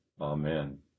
Amen